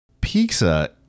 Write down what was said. pizza